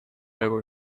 ever